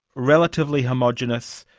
relatively homogenous.